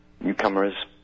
Newcomers